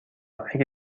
اگه